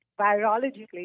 virologically